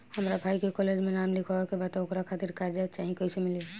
हमरा भाई के कॉलेज मे नाम लिखावे के बा त ओकरा खातिर कर्जा चाही कैसे मिली?